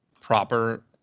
proper